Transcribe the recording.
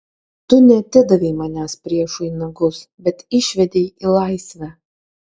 tu neatidavei manęs priešui į nagus bet išvedei į laisvę